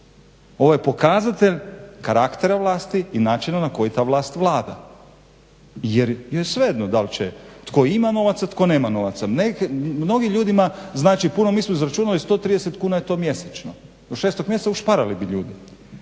ovo je pokazatelj karaktera vlasti i načina na koji ta vlast vlada, jer joj je svejedno da li će tko ima novaca, tko nema novaca. Mnogim ljudima znači puno, mi smo izračunali 130 kuna je to mjesečno, do 6. mjeseca ušparali bi ljudi.